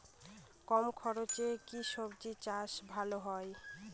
কম খরচে কি সবজি চাষ ভালো হয়?